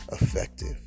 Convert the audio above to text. effective